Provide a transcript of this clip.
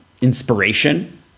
inspiration